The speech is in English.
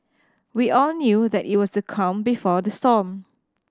we all knew that it was the calm before the storm